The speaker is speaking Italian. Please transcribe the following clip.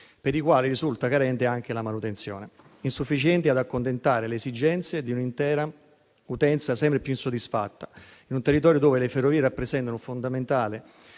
per i quali risulta carente anche la manutenzione e che sono insufficienti ad accontentare le esigenze di un'intera utenza, sempre più insoddisfatta, in un territorio dove le ferrovie rappresentano una fondamentale